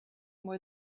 more